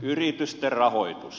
yritysten rahoitus